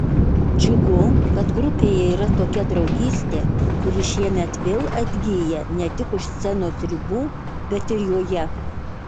džiugu kad grupėje yra tokia draugystė kuri šiemet vėl atgyja ne tik už scenos ribų bet ir joje